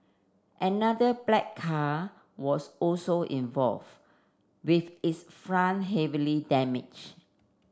another black car was also involve with its front heavily damage